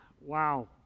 wow